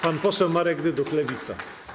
Pan poseł Marek Dyduch, Lewica.